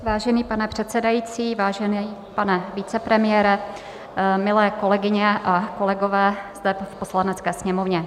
Vážený pane předsedající, vážený pane vicepremiére, milé kolegyně a kolegové zde v Poslanecké sněmovně.